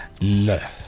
No